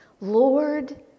Lord